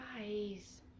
Guys